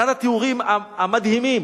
אחד התיאורים המדהימים.